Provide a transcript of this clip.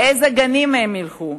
לאיזה גנים הם ילכו?